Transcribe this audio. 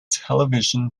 television